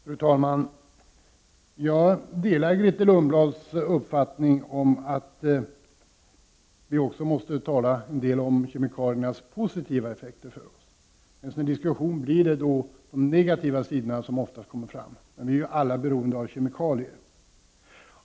Fru talman! Jag delar Grethe Lundblads uppfattning att vi också måste tala en del om kemikaliernas positiva effekter. I en sådan här diskussion kommer oftast de negativa sidorna fram, men vi är alla beroende av kemikalier.